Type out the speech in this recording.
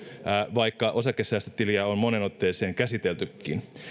vaikka osakesäästötiliä on moneen otteeseen käsiteltykin